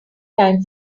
time